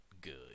good